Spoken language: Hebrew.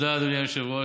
תודה, אדוני היושב-ראש.